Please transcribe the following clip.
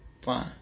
fine